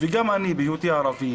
וגם אני בהיותי ערבי,